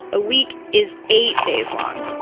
a week is eight days long